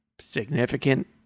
significant